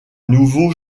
nouveau